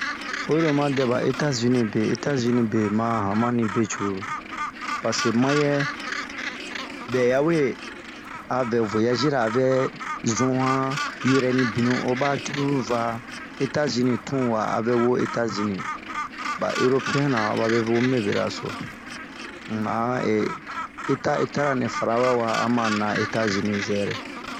Oyi lo o dɛ etazini be ,etazini be ma hamani be cururu, parse mayɛ, bɛya we a vɛɛ voyazira a vɛ zun han yurɛni benua, o ba cururu va etazini tun waa a vɛ wo etazini. Ba eropiɛnra aba be vomu mube bera so.muma'a ee eta eta ra nɛ fara wɛwa a ma maa etzazini zɛrɛ.